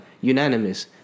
unanimous